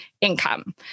income